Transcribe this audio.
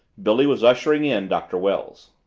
billy was ushering in doctor wells.